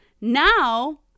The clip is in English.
Now